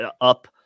up